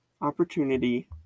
opportunity